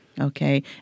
Okay